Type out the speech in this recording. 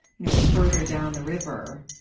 you know, further down the river,